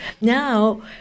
Now